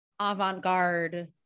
avant-garde